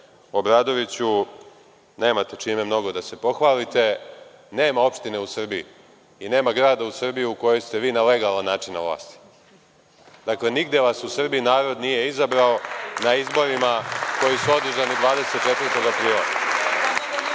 Obradoviću, nemate čime mnogo da se pohvalite. Nema opštine u Srbiji i nema grada u Srbiji u kome ste vi na legalan način na vlasti. Dakle, nigde vas u Srbiji narod nije izabrao na izborima koji su održani 24. aprila. Što